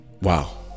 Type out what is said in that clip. Wow